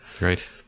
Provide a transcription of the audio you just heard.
Right